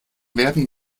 werden